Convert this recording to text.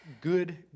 good